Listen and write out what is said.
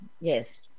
Yes